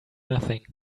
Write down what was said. nothing